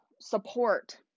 support